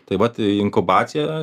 taip vat inkubacija